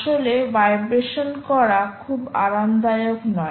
আসলে ভাইব্রেশন করা খুব আরামদায়ক নয়